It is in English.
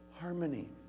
harmony